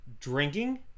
drinking